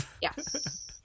Yes